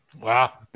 Wow